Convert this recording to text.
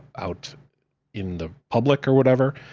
out in the public, or whatever.